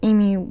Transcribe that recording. Amy